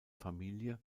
familie